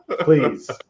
Please